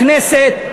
לכנסת,